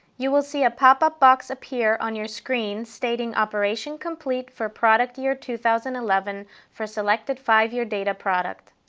you will see a pop up box appear on your screen stating operation complete for product year two thousand and eleven for selected five year data product.